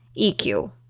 EQ